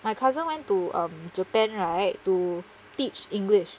my cousin went to um japan right to teach english